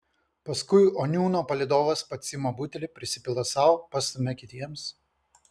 paskui oniūno palydovas pats ima butelį prisipila sau pastumia kitiems